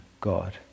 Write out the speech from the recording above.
God